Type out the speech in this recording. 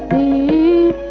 a